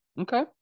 Okay